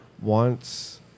wants